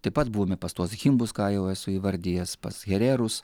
taip pat buvome pas tuos himbus ką jau esu įvardijęs pas hererus